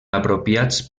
apropiats